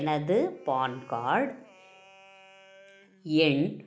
எனது PAN card எண்